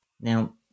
Now